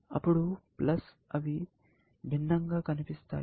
అప్పుడు అవి భిన్నంగా కనిపిస్తాయి